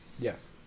Yes